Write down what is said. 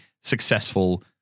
successful